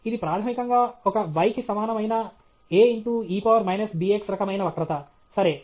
ఇది ప్రాథమికంగా ఒక y కి సమానమైన a e power minus bx రకమైన వక్రత సరే